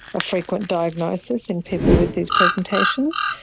a frequent diagnosis in people with these presentations.